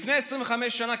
לפני 25 שנה,